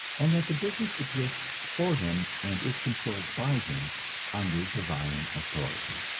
and that the business exists for him and is controlled by him under divine authority.